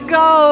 go